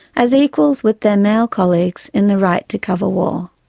as equals with their male colleagues in the right to cover war.